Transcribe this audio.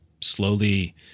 slowly